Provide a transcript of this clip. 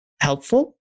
helpful